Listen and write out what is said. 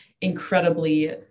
incredibly